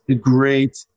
great